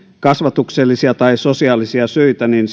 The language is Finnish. kasvatuksellisia tai sosiaalisia syitä niin